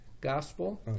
gospel